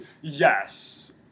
Yes